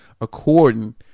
according